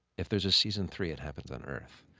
if there's a season three, it happens on earth.